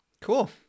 Cool